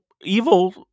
evil